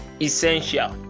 essential